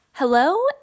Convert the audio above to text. Hello